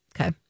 Okay